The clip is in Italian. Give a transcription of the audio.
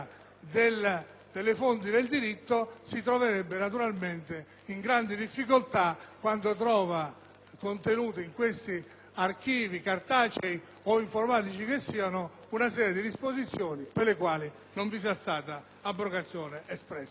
delle fonti del diritto si trova in grande difficoltà quando trova contenute in questi archivi, cartacei o informatici che siano, una serie di disposizioni per le quali non vi è stata abrogazione espressa.